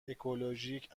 اکولوژیک